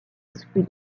exclu